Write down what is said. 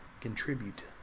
contribute